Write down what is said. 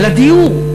על הדיור,